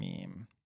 meme